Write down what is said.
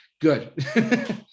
good